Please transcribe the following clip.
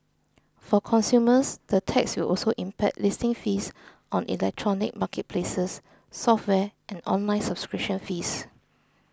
for consumers the tax will also impact listing fees on electronic marketplaces software and online subscription fees